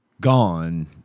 gone